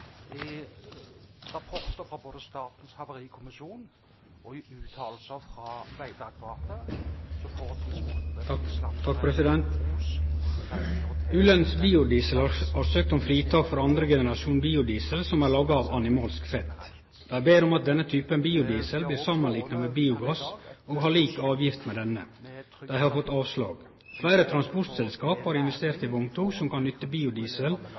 har søkt om fritak for 2. generasjons biodiesel som er laga av animalsk feitt. Dei ber om at denne typen biodiesel blir samanlikna med biogass, og har same avgift som denne. Dei har fått avslag. Fleire transportselskap har investert i vogntog som kan nytte